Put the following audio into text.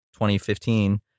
2015